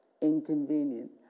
inconvenient